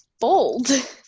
bold